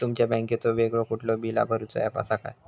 तुमच्या बँकेचो वेगळो कुठलो बिला भरूचो ऍप असा काय?